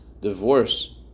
divorce